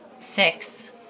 Six